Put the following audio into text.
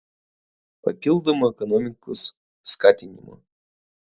papildomą ekonomikos skatinimą